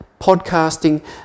podcasting